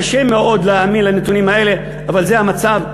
קשה מאוד להאמין לנתונים האלה, אבל זה המצב.